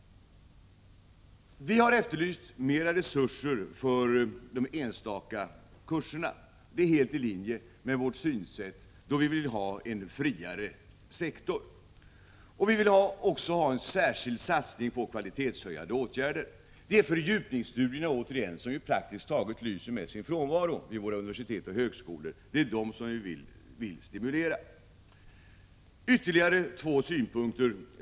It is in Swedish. Vi har efterlyst mer resurser för de enstaka kurserna. Det är helt i linje med vårt synsätt, då vi vill ha en friare sektor. Vi vill också få till stånd en särskild satsning på kvalitetshöjande åtgärder. Det är återigen fördjupningsstudierna, som praktiskt taget lyser med sin frånvaro vid våra universitet och högskolor, som vi vill stimulera. Jag skall avslutningsvis, fru talman, anföra ytterligare två synpunkter.